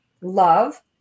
love